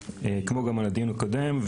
כמו גם על הדיון הקודם.